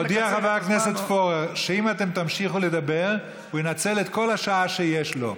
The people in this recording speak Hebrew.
הודיע חבר הכנסת פורר שאם אתן תמשיכו לדבר הוא ינצל את כל השעה שיש לו.